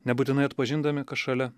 nebūtinai atpažindami kas šalia